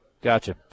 Gotcha